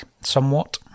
somewhat